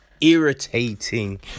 Irritating